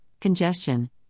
congestion